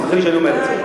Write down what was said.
תסלחי לי שאני אומר את זה.